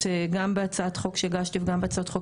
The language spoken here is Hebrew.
גם בהצעת חוק שהגשתי וגם בהצעות חוק